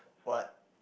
what